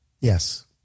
yes